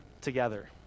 together